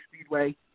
Speedway